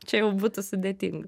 čia jau būtų sudėtinga